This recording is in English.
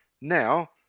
now